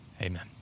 amen